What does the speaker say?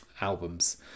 albums